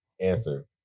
Answer